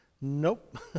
Nope